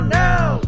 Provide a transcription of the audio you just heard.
now